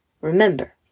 remember